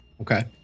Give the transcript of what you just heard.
Okay